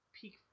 peak